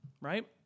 right